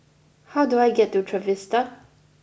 how do I get to Trevista